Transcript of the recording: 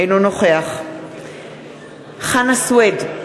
אינו נוכח חנא סוייד,